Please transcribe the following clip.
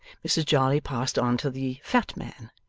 mrs jarley passed on to the fat man,